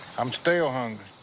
i'm still hungry.